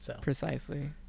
Precisely